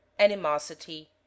Animosity